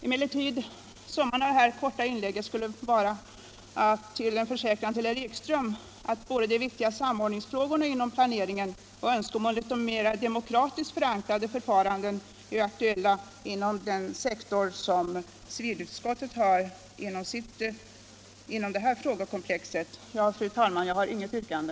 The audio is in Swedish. Emellertid — summan av det här korta inlägget skulle bli en försäkran till herr Ekström att både de viktiga samordningsfrågorna inom planeringen och önskemålet om mer demokratiskt förankrade förfaranden är aktuella inom civilutskottets sektor av frågekomplexet. Fru talman! Jag har inget yrkande.